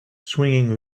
swinging